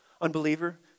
Unbeliever